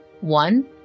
one